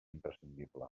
imprescindible